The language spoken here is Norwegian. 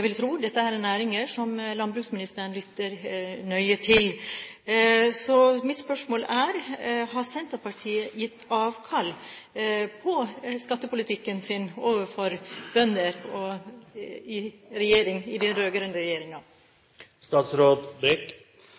tro dette er næringer som landbruksministeren lytter nøye til. Mitt spørsmål er: Har Senterpartiet i den rød-grønne regjeringen gitt avkall på skattepolitikken sin overfor bønder?